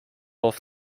off